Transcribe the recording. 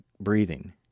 breathing